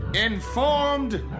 Informed